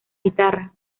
guitarra